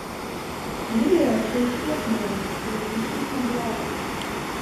video čia išties nėra bet ryšys neblogas